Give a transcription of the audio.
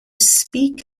speak